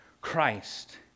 Christ